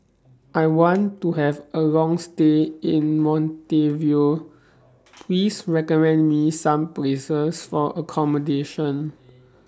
I want to Have A Long stay in Montevideo Please recommend Me Some Places For accommodation